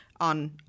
on